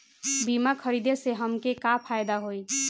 बीमा खरीदे से हमके का फायदा होई?